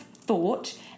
thought